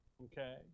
Okay